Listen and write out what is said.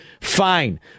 fine